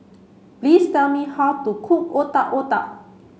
please tell me how to cook Otak Otak